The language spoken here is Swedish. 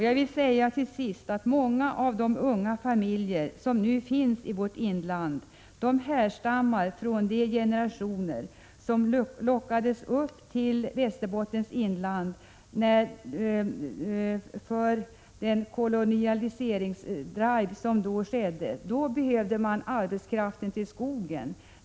Jag vill till sist säga att många av de unga familjer som nu finns i Västerbottens inland härstammar från de generationer som lockades upp dit av den kolonialiseringsdrive som ägde rum. Då behövde man arbetskraft till skogen.